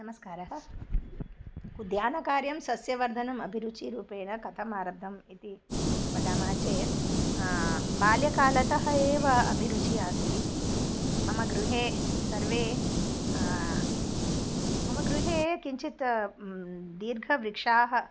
नमस्कारः उद्यानकार्यं सस्यवर्धनम् अभिरुचिरूपेण कथम् आरब्धम् इति वदामः चेत् बाल्यकालतः एव अभिरुचिः आसीत् मम गृहे सर्वे मम गृहे किञ्चित् दीर्घवृक्षाः